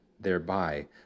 thereby